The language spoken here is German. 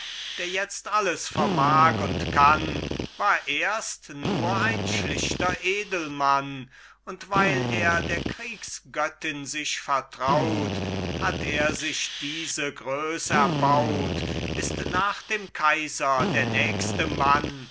der jetzt alles vermag und kann war erst nur ein schlichter edelmann und weil er der kriegsgöttin sich vertraut hat er sich diese größ erbaut ist nach dem kaiser der nächste mann